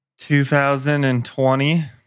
2020